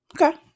Okay